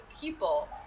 people